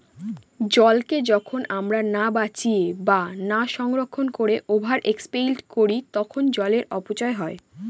জলকে যখন আমরা না বাঁচিয়ে বা না সংরক্ষণ করে ওভার এক্সপ্লইট করি তখন জলের অপচয় হয়